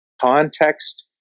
Context